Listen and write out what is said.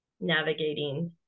navigating